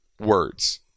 words